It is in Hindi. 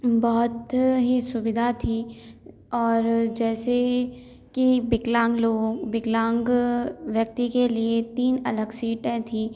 बहुत ही सुविधा थी और जैसे ही कि विकलांग लोगों विकलांग व्यक्ति के लिए तीन अलग सीटें थीं